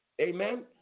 Amen